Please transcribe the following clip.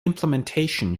implementation